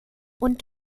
und